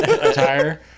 attire